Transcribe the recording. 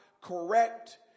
correct